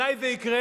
אולי זה יקרה,